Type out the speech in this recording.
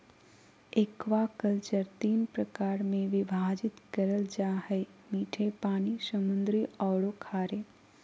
aquaculture तीन प्रकार में विभाजित करल जा हइ मीठे पानी, समुद्री औरो खारे